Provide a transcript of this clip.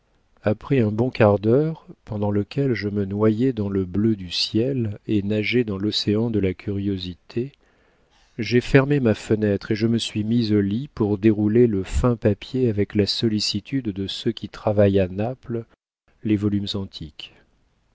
après un bon quart d'heure pendant lequel je me noyais dans le bleu du ciel et nageais dans l'océan de la curiosité j'ai fermé ma fenêtre et je me suis mise au lit pour dérouler le fin papier avec la sollicitude de ceux qui travaillent à naples les volumes antiques